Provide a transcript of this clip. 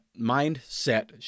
mindset